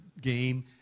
game